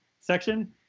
section